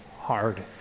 hard